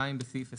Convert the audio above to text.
בסעיף 28,